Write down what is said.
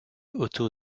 autour